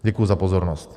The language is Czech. Děkuji za pozornost.